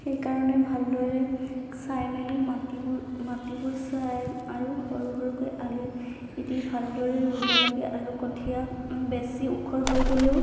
সেইকাৰণে ভালদৰে চাই মেলি মাটিবোৰ মাটিবোৰ চাই আৰু সৰু সৰুকৈ আলি দি ভালদৰে ৰুব লাগে আৰু কঠীয়া বেছি ওখ হৈ গ'লেও